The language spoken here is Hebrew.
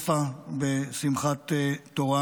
בקטסטרופה בשמחת תורה,